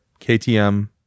KTM